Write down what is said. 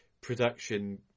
production